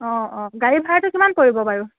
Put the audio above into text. অ অ গাড়ী ভাড়াটো কিমান পৰিব বাৰু